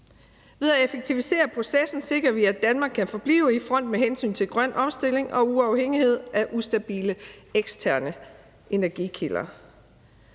Ved at effektivisere processen sikrer vi, at Danmark kan forblive i front med hensyn til grøn omstilling og uafhængighed af ustabile eksterne energikilder.